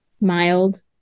mild